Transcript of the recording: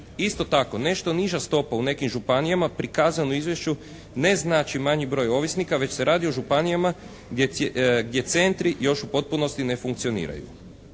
Isto tako, nešto niža stopa u nekim županijama prikazano u izvješću ne znači manji broj ovisnika već se radi o županijama gdje centri još u potpunosti ne funkcioniraju.